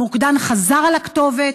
המוקדן חזר על הכתובת,